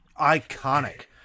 iconic